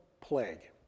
plague